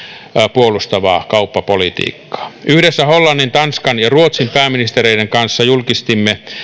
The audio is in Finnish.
puolustavaa kauppapolitiikkaa yhdessä hollannin tanskan ja ruotsin pääministereiden kanssa julkistimme